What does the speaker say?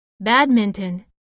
badminton